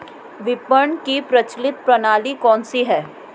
विपणन की प्रचलित प्रणाली कौनसी है?